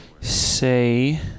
say